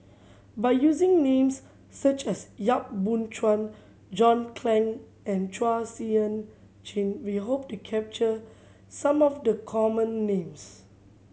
by using names such as Yap Boon Chuan John Clang and Chua Sian Chin we hope to capture some of the common names